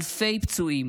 אלפי פצועים